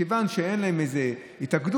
מכיוון שאין להם איזה התאגדות,